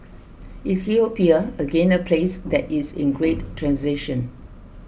Ethiopia again a place that is in great transition